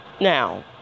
Now